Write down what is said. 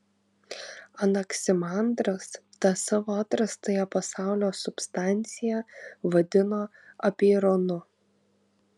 anaksimandras tą savo atrastąją pasaulio substanciją vadino apeironu